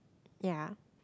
ya